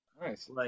Nice